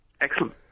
Excellent